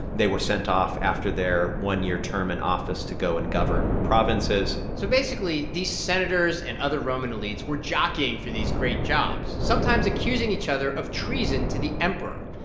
they were sent off after their one-year term in office to go and govern provinces so basically, these senators and other roman elites were jockeying for these great jobs, sometimes accusing each other of treason to the emperor.